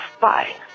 Bye